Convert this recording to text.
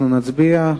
אנחנו נצביע.